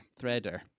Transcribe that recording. threader